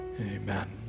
Amen